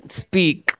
speak